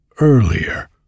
earlier